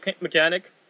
mechanic